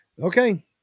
Okay